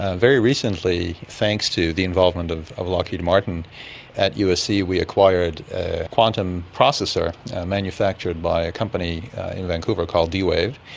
ah very recently, thanks to the involvement of of lockheed martin at usc we acquired a quantum processor manufactured by a company in vancouver called d-wave,